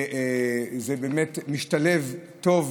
זה משתלב טוב,